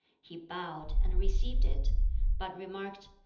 he bowed, and received it but remarked,